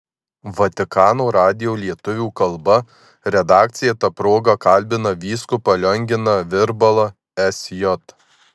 vatikano radijo lietuvių kalba redakcija ta proga kalbina vyskupą lionginą virbalą sj